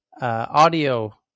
audio